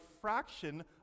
fraction